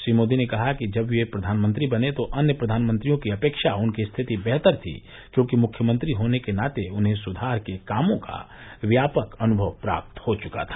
श्री मोदी ने कहा कि जब वे प्रधानमंत्री बने तो अन्य प्रधानमंत्रियों की अपेक्षा उनकी स्थिति बेहतर थी क्योंकि मुख्यमंत्री होने के नाते उन्हें सुधार के कामों का व्यापक अनुभव प्राप्त हो चुका था